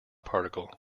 particle